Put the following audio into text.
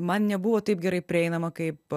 man nebuvo taip gerai prieinama kaip